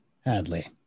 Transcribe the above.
Hadley